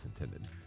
intended